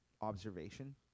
observation